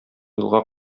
елга